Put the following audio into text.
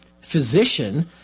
physician